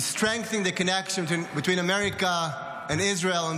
strengthen the connection between America and Israel.